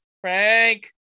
Frank